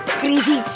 crazy